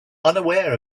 unaware